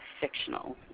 fictional